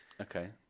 Okay